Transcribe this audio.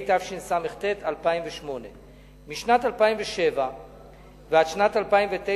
התשס"ט 2008. משנת 2007 ועד שנת 2009,